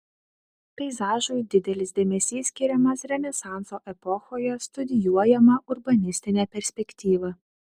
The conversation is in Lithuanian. peizažui didelis dėmesys skiriamas renesanso epochoje studijuojama urbanistinė perspektyva